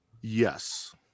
Yes